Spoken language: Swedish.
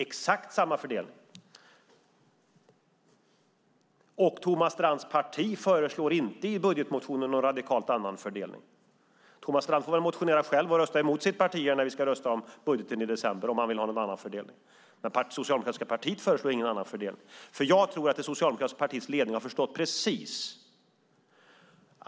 Inte heller Thomas Strands parti föreslår i budgetmotionen någon radikalt annorlunda fördelning. Thomas Strand får väl motionera själv och rösta mot sitt parti när vi ska rösta om budgeten i december om han vill ha någon annan fördelning. Men det socialdemokratiska partiet föreslår ingen annan fördelning. Jag tror att det socialdemokratiska partiets ledning har förstått detta.